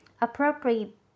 Appropriate